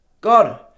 God